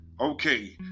okay